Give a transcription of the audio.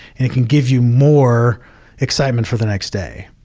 and it can give you more excitement for the next day,